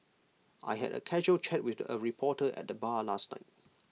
I had A casual chat with A reporter at the bar last night